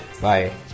Bye